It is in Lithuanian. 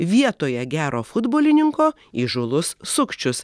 vietoje gero futbolininko įžūlus sukčius